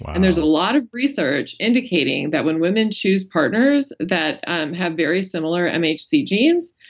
and there's a lot of research indicating that when women choose partners that have very similar mhc genes,